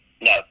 No